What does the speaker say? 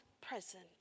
present